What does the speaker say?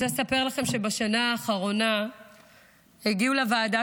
אני רוצה לספר לכם שבשנה האחרונה הגיעו לוועדה